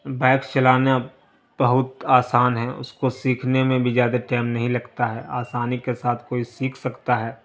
bike چلانا بہت آسان ہے اس کو سیکھنے میں بھی زیادہ ٹائم نہیں لگتا ہے آسانی کے ساتھ کوئی سیکھ سکتا ہے